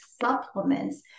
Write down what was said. supplements